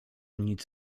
nic